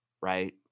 right